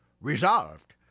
resolved